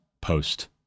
post